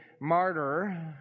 martyr